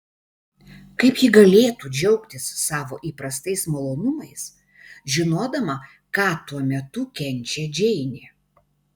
kaip ji galėtų džiaugtis savo įprastais malonumais žinodama ką tuo metu kenčia džeinė